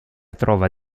trova